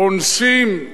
אונסים,